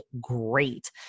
great